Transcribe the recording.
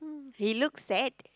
he looks sad